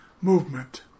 movement